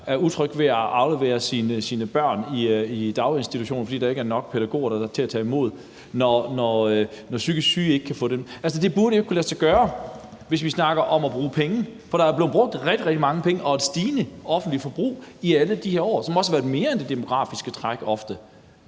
er utryg ved at aflevere sine børn, fordi der ikke er nok pædagoger til at tage imod, og hvor psykisk syge ikke kan få hjælp? Altså, det burde ikke kunne lade sig gøre, hvis vi snakker om at bruge penge, for der er blevet brugt rigtig, rigtig mange penge til et stigende offentligt forbrug i alle de år, som også ofte har været mere end det demografiske træk.